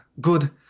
good